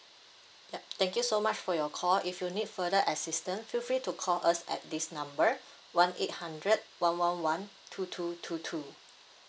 yup thank you so much for your call if you need further assistant feel free to call us at this number one eight hundred one one one two two two two